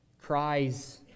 cries